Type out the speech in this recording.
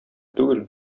түгел